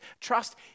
Trust